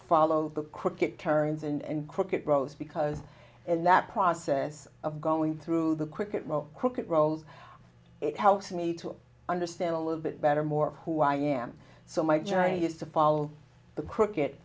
follow the cricket turns and cricket grows because in that process of going through the cricket cook at roll it helps me to understand a little bit better more who i am so my job is to follow the cricket